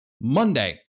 Monday